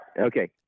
Okay